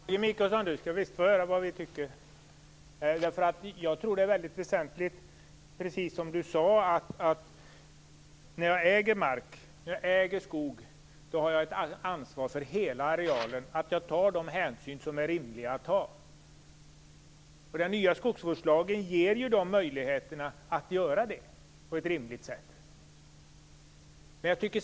Fru talman! Maggi Mikaelsson skall visst få höra vad vi i Centern tycker. Det är väsentligt, precis som Maggi Mikaelsson sade, att den som äger mark och äger skog har ett ansvar för hela arealen och skall ta de hänsyn som det är rimligt att ta. Den nya skogsvårdslagen ger ju möjligheterna att göra det på ett rimligt sätt.